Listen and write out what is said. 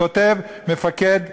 כותב מפקד לחיילים,